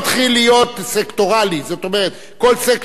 זאת אומרת, כל סקטור מקבל את חלקו.